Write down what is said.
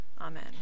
Amen